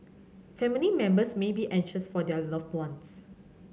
family members may be anxious for their loved ones